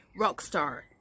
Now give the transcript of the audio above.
Rockstar